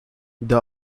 the